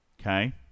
Okay